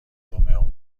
رومئو